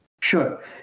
Sure